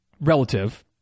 relative